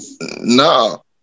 No